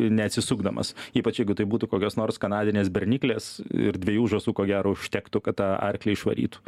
neatsisukdamas ypač jeigu tai būtų kokios nors kanadinės berniklės ir dviejų žąsų ko gero užtektų kad tą arklį išvarytų